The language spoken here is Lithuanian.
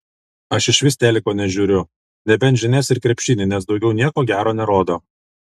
aš išvis teliko nežiūriu nebent žinias ir krepšinį nes daugiau nieko gero nerodo